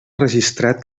registrat